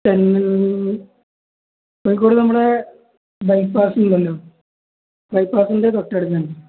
ച കോയിിക്കോട് നമ്മടെ ബൈപ്പാസ്ണ്ടല്ലോ ബൈപ്പാസിൻ്റെ തൊട്ടടുക്കണ്ട്